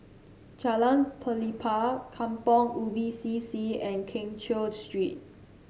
Jalan Pelepah Kampong Ubi C C and Keng Cheow Street